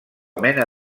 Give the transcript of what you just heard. mena